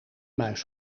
muis